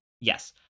Yes